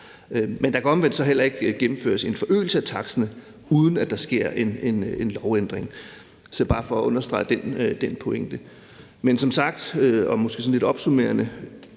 Men der kan så omvendt ikke gennemføres en forøgelse af taksterne, uden at der sker en lovændring. Det er bare for at understrege den pointe. Men sådan lidt opsummerende